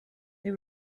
they